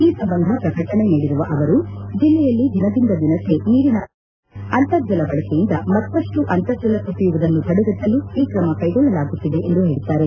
ಈ ಸಂಬಂಧ ಪ್ರಕಟಣೆ ನೀಡಿರುವ ಅವರು ಜಲ್ಲೆಯಲ್ಲಿ ದಿನದಿಂದ ದಿನಕ್ಕೆ ನೀರಿನ ಅಭಾವ ಹೆಚ್ಚುತ್ತಿದ್ದು ಅಂತರ್ಜಲ ಬಳಕೆಯಿಂದ ಮತ್ತಷ್ಟು ಅಂತರ್ಜಲ ಕುಸಿಯುವುದನ್ನು ತಡೆಗಟ್ಟಲು ಈ ಕ್ರಮ ಕೈಗೊಲ್ಳಲಾಗುತ್ತಿದೆ ಎಂದು ಹೇಳದ್ದಾರೆ